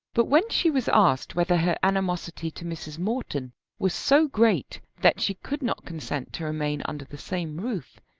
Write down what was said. but when she was asked whether her animosity to mrs. morton was so great that she could not consent to remain under the same roof,